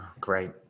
Great